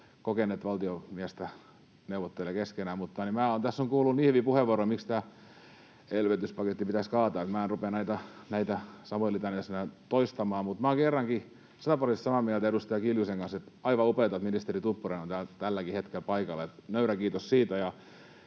kun kaksi kokenutta valtiomiestä neuvottelee keskenään. Minä olen tässä kuullut niin hyviä puheenvuoroja, miksi tämä elvytyspaketti pitäisi kaataa, että minä en rupea näitä samoja litanioita tässä enää toistamaan, mutta minä olen kerrankin sataprosenttisesti samaa mieltä edustaja Kiljusen kanssa, että on aivan upeata, että ministeri Tuppurainen on täällä tälläkin hetkellä paikalla — nöyrä kiitos siitä.